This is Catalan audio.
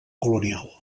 colonial